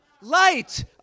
light